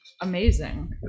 amazing